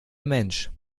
mensch